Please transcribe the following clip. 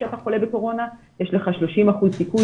כשאתה חולה בקורונה יש לך 30% סיכוי